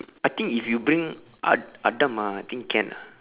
I think if you bring ad~ adam ah I think can ah